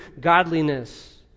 godliness